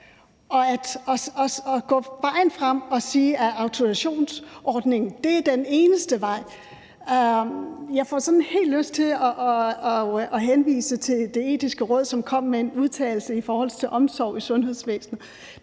Hvis man siger, at autorisationsordningen er den eneste vej, så får jeg sådan helt lyst til at henvise til Det Etiske Råd, som kom med en udtalelse i forhold til omsorg i sundhedsvæsenet.